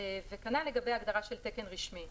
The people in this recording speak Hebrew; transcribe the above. כנ"ל לגבי ההגדרה של "תקן רשמי"